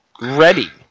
ready